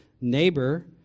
neighbor